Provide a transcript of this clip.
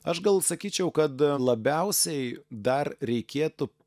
aš gal sakyčiau kad labiausiai dar reikėtų